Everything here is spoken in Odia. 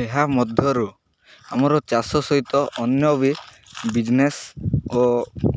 ଏହା ମଧ୍ୟରୁ ଆମର ଚାଷ ସହିତ ଅନ୍ୟ ବି ବିଜନେସ୍ ଓ